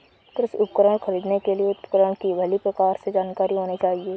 कृषि उपकरण खरीदने के लिए उपकरण की भली प्रकार से जानकारी होनी चाहिए